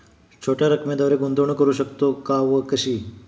छोट्या रकमेद्वारे गुंतवणूक करू शकतो का व कशी?